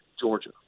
Georgia